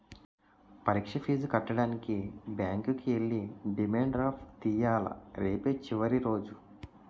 పరీక్ష ఫీజు కట్టడానికి బ్యాంకుకి ఎల్లి డిమాండ్ డ్రాఫ్ట్ తియ్యాల రేపే చివరి రోజు